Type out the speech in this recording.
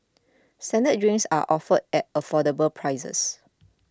standard drinks are offered at affordable prices